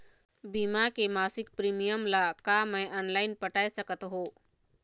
बीमा के मासिक प्रीमियम ला का मैं ऑनलाइन पटाए सकत हो?